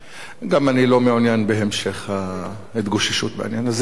גם אני לא מעוניין בהתגוששות בעניין הזה.